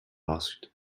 asked